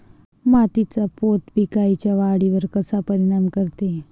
मातीचा पोत पिकाईच्या वाढीवर कसा परिनाम करते?